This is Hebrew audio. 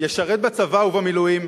ישרת בצבא ובמילואים,